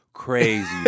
Crazy